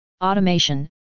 automation